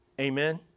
Amen